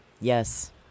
Yes